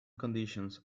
conditions